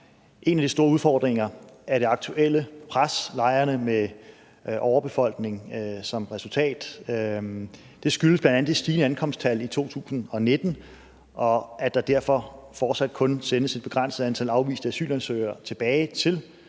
En af de store udfordringer er det aktuelle pres i lejrene med overbefolkning som resultat. Det skyldes bl.a. det stigende ankomsttal i 2019, og at der derfor fortsat kun sendes et begrænset antal afviste asylansøgere tilbage til